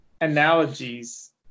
analogies